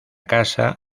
casa